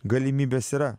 galimybės yra